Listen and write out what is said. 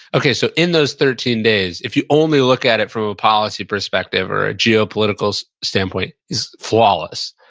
okay, so, in those thirteen days, if you only look at it from a policy perspective, or a geopolitical standpoint, is flawless.